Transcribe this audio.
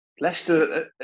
Leicester